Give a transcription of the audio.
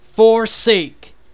Forsake